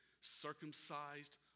circumcised